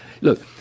look